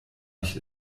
nicht